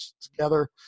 together